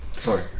Sorry